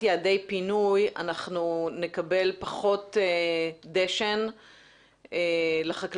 יעדי פינוי אנחנו נקבל פחות דשן לחקלאות,